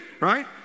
Right